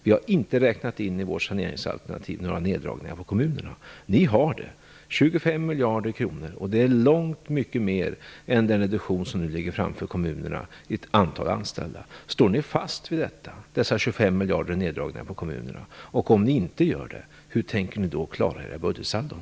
Vi har inte räknat in några neddragningar på kommunerna i vårt saneringsalternativ. Det har ni. Ni vill dra in 25 miljarder kronor, och det är långt mycket mer än vad den förestående reduktionen av antalet anställda i kommunerna innebär. Står ni fast vid dessa 25 miljarder i neddragningar på kommunerna? Om ni inte gör det, hur tänker ni då klara era budgetsaldon?